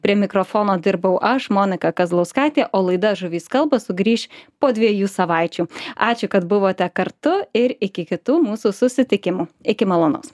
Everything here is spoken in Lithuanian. prie mikrofono dirbau aš monika kazlauskaitė o laida žuvys kalba sugrįš po dviejų savaičių ačiū kad buvote kartu ir iki kitų mūsų susitikimų iki malonaus